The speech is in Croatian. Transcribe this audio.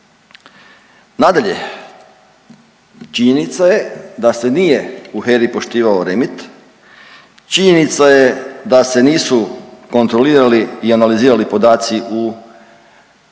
Nadalje, činjenica je da se nije u HERA-i nije poštivao REMET, činjenica je da se nisu kontrolirali i analizirali podaci u